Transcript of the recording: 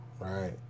right